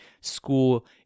school